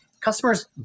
customers